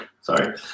Sorry